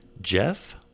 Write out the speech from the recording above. Jeff